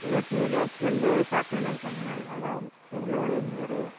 இல்லை டிவிஎஸ் வந்து பார்க்கணுன்னு இருக்கேங்க மேம் அதுதான் எவ்வளோ ரேஞ்ச் வரும்